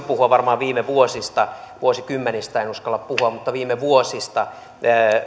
puhua varmaan viime vuosista vuosikymmenistä en uskalla puhua mutta viime vuosista